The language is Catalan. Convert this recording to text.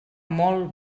molt